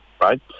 right